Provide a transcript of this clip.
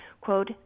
quote